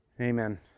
Amen